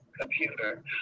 computer